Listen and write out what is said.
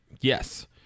Yes